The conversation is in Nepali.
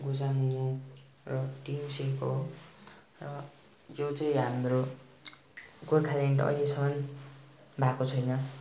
गोजमुमो र टिएमसीको हो र यो चाहिँ हाम्रो गोर्खाल्यान्ड अहिलेसम्म भएको छैन